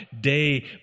Day